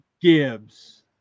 Gibbs